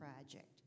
project